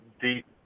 deep